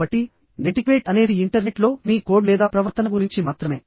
కాబట్టి నెటిక్వేట్ అనేది ఇంటర్నెట్లో మీ కోడ్ లేదా ప్రవర్తన గురించి మాత్రమే